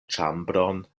ĉambron